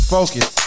Focus